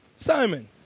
Simon